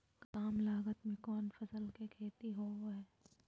काम लागत में कौन फसल के खेती होबो हाय?